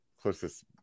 closest